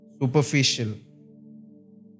superficial